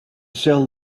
sell